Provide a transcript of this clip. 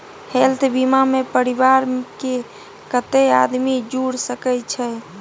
Health बीमा मे परिवार के कत्ते आदमी जुर सके छै?